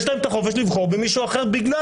יש להם את החופש לבחור במישהו אחר בגלל